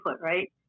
Right